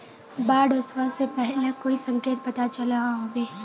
बाढ़ ओसबा से पहले कोई संकेत पता चलो होबे?